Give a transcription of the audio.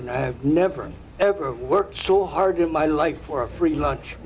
and i have never ever worked so hard in my life for a free lunch